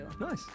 nice